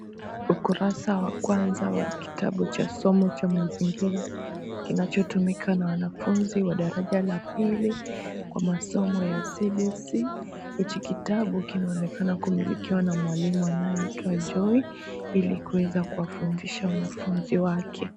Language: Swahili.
Ukurasa wa kwanza wa kitabu cha somo la mazingira kinachotumika na wanafunzi wa daraja la pili kwa masomo ya CBC , hichi kitabu kinaonekana kumilikiwa na mwalimu anayeitwa Joy ili kuweza kuwafundisha wanafunzi wake.